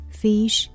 fish